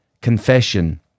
confession